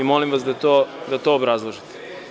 Molim vas da to obrazložite.